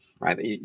right